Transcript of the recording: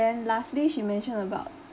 then lastly she mentioned about